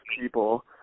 people